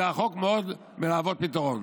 זה רחוק מאוד מלהוות פתרון.